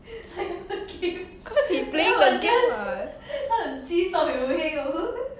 cause he playing the game [what]